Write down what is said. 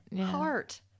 heart